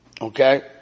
Okay